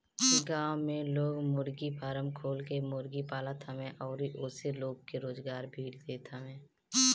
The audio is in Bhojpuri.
गांव में लोग मुर्गी फारम खोल के मुर्गी पालत हवे अउरी ओसे लोग के रोजगार भी देत हवे